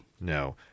No